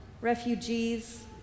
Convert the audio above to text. refugees